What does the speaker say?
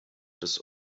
des